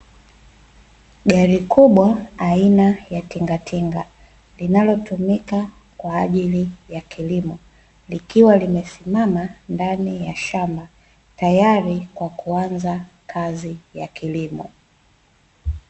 Gari kubwa aina ya tingatinga linalotumika kwa ajili ya kilimo, likiwa limesimama ndani ya shamba tayari kwa kuanza kazi ya kilimo.